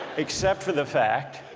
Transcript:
except for the fact